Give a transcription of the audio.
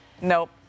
nope